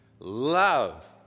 love